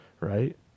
right